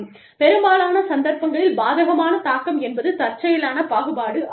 பெரும்பாலான சந்தர்ப்பங்களில் பாதகமான தாக்கம் என்பது தற்செயலான பாகுபாடு ஆகும்